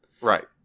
right